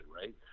right